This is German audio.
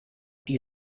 die